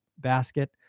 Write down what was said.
basket